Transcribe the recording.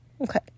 Okay